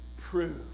prove